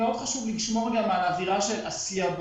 חשוב לי מאוד לשמור על אווירה של עשייה בונה.